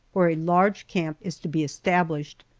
where a large camp is to be established.